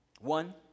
One